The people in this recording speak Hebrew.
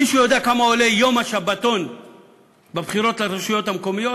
מישהו יודע כמה עולה יום השבתון בבחירות לרשויות המקומיות?